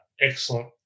excellent